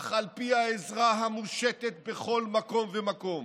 וכך על פי העזרה המושטת בכל מקום ומקום.